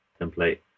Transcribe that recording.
template